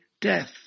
death